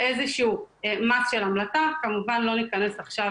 ברגע שיש איזה שהוא כלב שנמצא בחוץ,